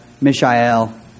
Mishael